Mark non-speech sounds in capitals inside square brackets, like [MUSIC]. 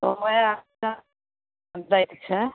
[UNINTELLIGIBLE] दै के छै